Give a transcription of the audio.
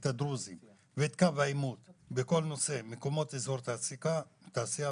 את הדרוזים ואת קו העימות בכל נושא מקומות אזור תעשייה ותעסוקה,